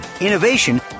innovation